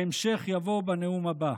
ההמשך יבוא בנאום הבא.